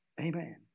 Amen